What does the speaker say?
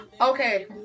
Okay